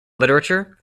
literature